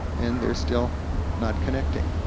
and they're still not connecting.